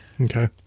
okay